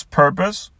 purpose